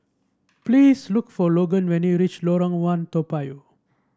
please look for Logan when you reach Lorong One Toa Payoh